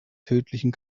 tödlichen